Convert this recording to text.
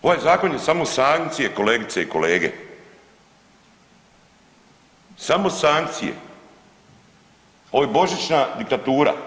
Ovaj zakon je samo sankcije kolegice i kolege, samo sankcije, ovo je božićna diktatura.